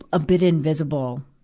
a bit invisible.